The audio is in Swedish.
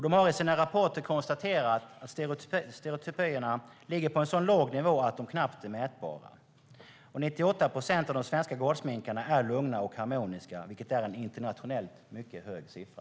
De har i sina rapporter konstaterat att stereotypierna ligger på en så låg nivå att de knappt är mätbara. 98 procent av de svenska gårdsminkarna är lugna och harmoniska, vilket internationellt är en mycket hög siffra.